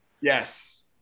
yes